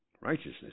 Righteousness